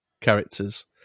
characters